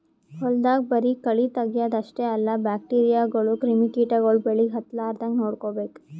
ಹೊಲ್ದಾಗ ಬರಿ ಕಳಿ ತಗ್ಯಾದ್ ಅಷ್ಟೇ ಅಲ್ಲ ಬ್ಯಾಕ್ಟೀರಿಯಾಗೋಳು ಕ್ರಿಮಿ ಕಿಟಗೊಳು ಬೆಳಿಗ್ ಹತ್ತಲಾರದಂಗ್ ನೋಡ್ಕೋಬೇಕ್